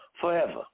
forever